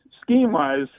scheme-wise